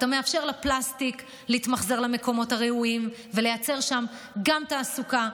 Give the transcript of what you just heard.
אתה מאפשר לפלסטיק להתמחזר למקומות הראויים ולייצר שם גם תעסוקה,